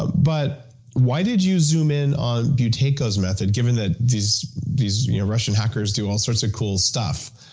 ah but why did you zoom in on buteyko's method, given that these these russian hackers do all sorts of cool stuff?